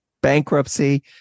bankruptcy